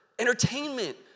Entertainment